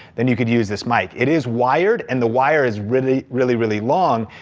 then you can use this mic. it is wired and the wire is really really really long,